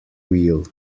wheel